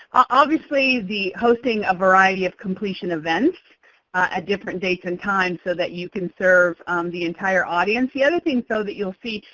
obviously, the hosting a variety of completion events at ah different dates and times so that you can serve the entire audience. the other things, though, that you'll see,